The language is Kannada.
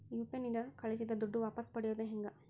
ಯು.ಪಿ.ಐ ನಿಂದ ಕಳುಹಿಸಿದ ದುಡ್ಡು ವಾಪಸ್ ಪಡೆಯೋದು ಹೆಂಗ?